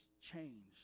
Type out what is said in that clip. changed